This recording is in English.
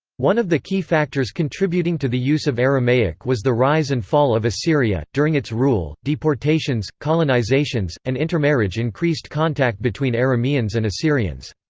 one of the key factors contributing to the use of aramaic was the rise and fall of assyria during its rule, deportations, colonisations, and intermarriage increased contact between arameans and assyrians.